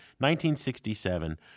1967